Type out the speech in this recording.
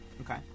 Okay